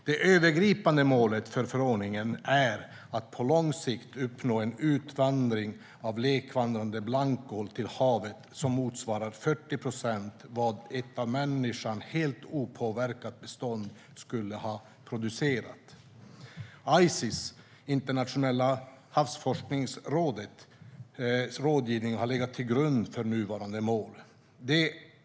Det övergripande målet för förordningen är att på lång sikt uppnå en utvandring av lekvandrande blankål till havet som motsvarar 40 procent av vad ett av människan helt opåverkat bestånd skulle ha producerat. Ices rådgivning har legat till grund för nuvarande mål.